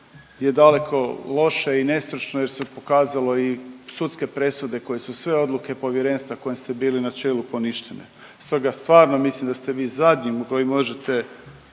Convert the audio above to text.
je daleko loše i nestručno jer se pokazalo i sudske presude koje su sve odluke Povjerenstva kojem ste bili na čelu poništene. Stoga stvarno mislim da ste vi zadnji koji možete